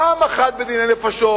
פעם אחת בדיני נפשות